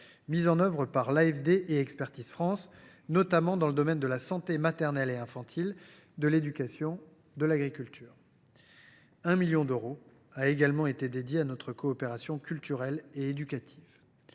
développement (AFD) et Expertise France, notamment dans les domaines de la santé maternelle et infantile, de l’éducation et de l’agriculture. Un million d’euros ont également été alloués à notre coopération culturelle et éducative.